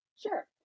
Sure